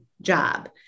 job